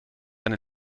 eine